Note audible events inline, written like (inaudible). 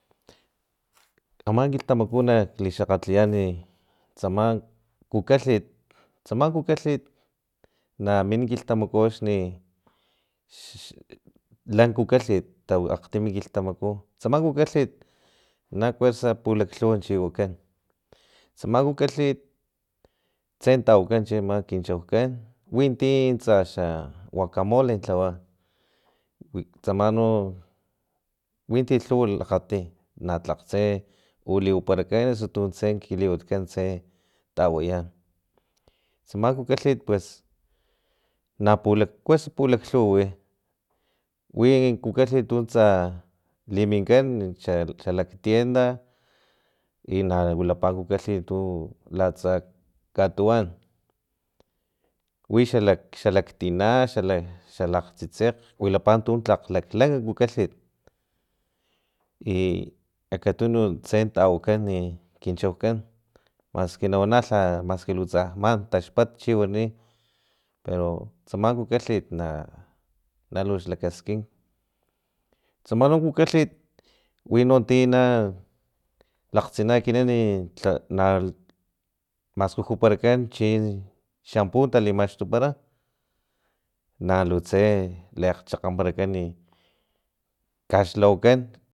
Ama kilhtamaku nak lixakgatiyan tsama kukalhit tsama kukalhitna min kilhatamaku axni xx lakukalhit akgtim kilhtamaku tsama kukalhit na kuesa pulaklhuw chikawan tsama kukalhit tse tawakan tsama kin chaukan winti tsa xa guacamole lhawa tsama no winti lhuwa lakgati na tlaktse u liwaparakan osu tuntse ki liwatkan tse tawaya tsama kukalhit pues napulak kuesa pulaklhuw wi wi kukakhit tu tsa liminkan xa xalaktienda i na wilapa kukalhit (hesitation) laatsa katuwan wi xalaktina xala xalaktsitsekg wilapa tu tlak laklank kukalhit i akatunu tse tawakani kin chaukan maski na wana maski lu tsax man taxpat o chiwani pero tsama kukalhit na naluxlakaskink tsama no kukalhit winon tino lakgtsina ekinan lha tla maskujupara chin champu talitamakxtupara nalu tse leakchakganparakan kaxlhawakan.